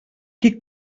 qui